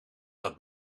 dat